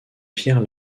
pierre